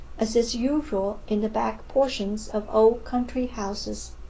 as is usual in the back portions of old country-houses.